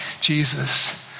jesus